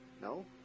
no